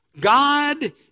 God